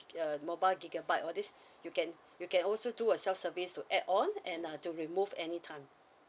uh mobile gigabyte all this you can you can also do a self service to add on and uh to remove anytime